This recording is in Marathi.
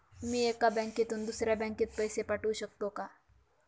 मी एका बँकेतून दुसऱ्या बँकेत पैसे पाठवू शकतो का?